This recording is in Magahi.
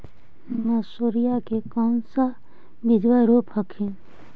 मसुरिया के कौन सा बिजबा रोप हखिन?